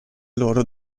loro